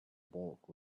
bulk